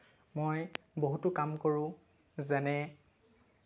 মই বহুতো কাম কৰোঁ যেনে